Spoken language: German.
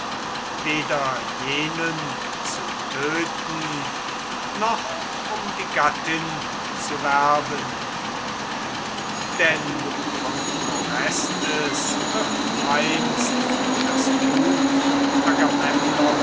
weder jenen zu töten noch um die gattin zu werben denn von orestes wird einst das blut